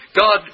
God